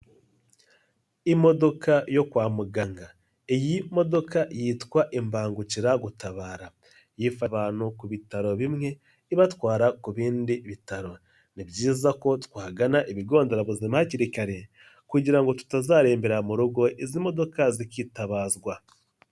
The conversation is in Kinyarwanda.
Imodoka yo kwa muganga iyi modoka yitwa imbangukiragutabara ivana abantu ku bitaro bimwe ibatwara ku bindi bitaro ni byiza ko twagana ibigonderabuzima hakiri kare kugira ngo tutazarembera mu rugo izi modoka zikitabazwa.